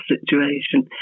situation